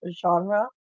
genre